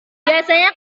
biasanya